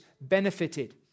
benefited